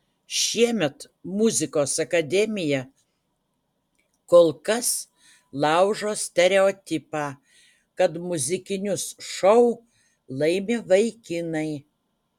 šiemet muzikos akademija kol kas laužo stereotipą kad muzikinius šou laimi vaikinai